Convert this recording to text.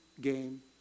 game